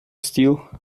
steel